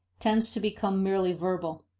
tends to become merely verbal.